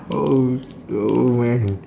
oh no when